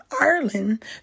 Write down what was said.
Ireland